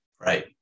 Right